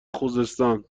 خوزستان